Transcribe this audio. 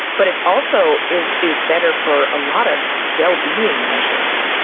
but it also is is better for a lot of well-being measures.